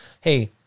hey